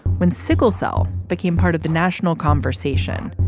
when sickle cell became part of the national conversation